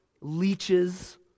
leeches